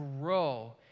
grow